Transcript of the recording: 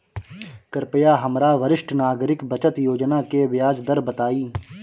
कृपया हमरा वरिष्ठ नागरिक बचत योजना के ब्याज दर बताइं